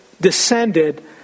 descended